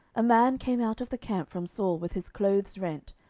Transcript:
a man came out of the camp from saul with his clothes rent,